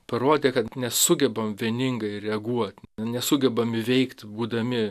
parodė kad nesugebam vieningai reaguot nesugebam veikt būdami